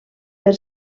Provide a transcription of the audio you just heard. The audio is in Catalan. per